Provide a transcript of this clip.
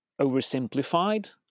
oversimplified